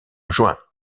juin